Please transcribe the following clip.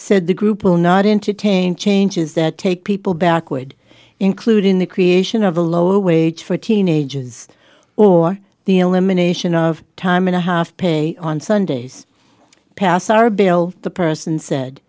said the group will not entertain changes that take people backward including the creation of the lower wage for teenagers or the elimination of time and a half pay on sundays pass our bill the person said